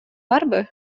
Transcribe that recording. барбы